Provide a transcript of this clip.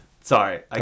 Sorry